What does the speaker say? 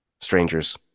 strangers